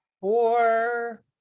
four